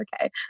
okay